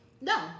no